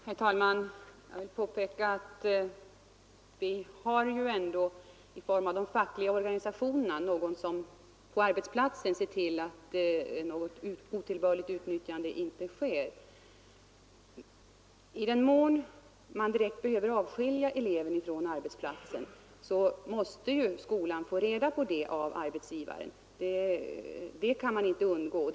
Herr talman! Jag vill påpeka att vi i de fackliga organisationerna har någon som på arbetsplatsen ser till att otillbörligt utnyttjande inte förekommer. I den mån man behöver direkt avskilja eleven från arbetsplatsen måste skolan få reda på det av arbetsgivaren. Det går inte att undvika.